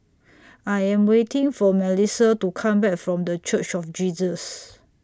I Am waiting For Melisa to Come Back from The Church of Jesus